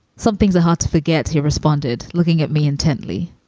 some things are hard to forget. he responded, looking at me intently.